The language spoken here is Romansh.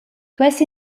duess